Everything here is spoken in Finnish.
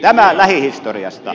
tämä lähihistoriasta